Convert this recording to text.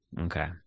Okay